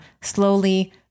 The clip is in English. slowly